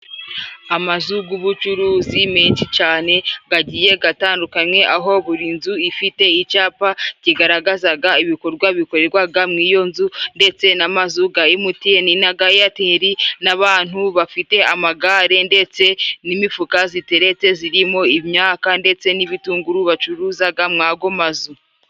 Amazu g'ubucuruzi menshi cane gagiye gatandukanye aho buri nzu ifite icapa kigaragazaga ibikorwa bikorerwaga mu iyo nzu ndetse n'amazuga ga emutiyeni naga eyateli n'abantu bafite amagare ndetse n'imifuka ziretetse zirimo imyaka ndetse n'ibitunguru bacuruzaga mwago amazu.